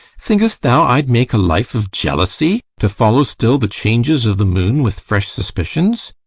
think'st thou i'd make a life of jealousy, to follow still the changes of the moon with fresh suspicions?